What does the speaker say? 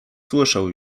słyszę